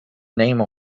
name